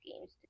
games